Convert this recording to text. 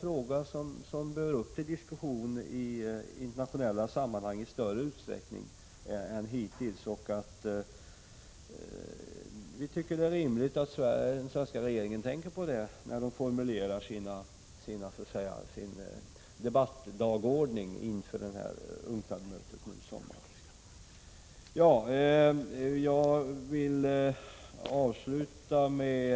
frågan bör komma upp till diskussion i internationella sammanhang i större utsträckning än som hittills varit fallet. Vi tycker att det är rimligt att den svenska regeringen tänker på det när den formulerar sin debattdagordning inför UNCTAD-mötet i sommar.